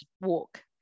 walk